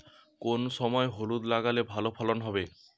কোন সময় হলুদ লাগালে ভালো ফলন হবে?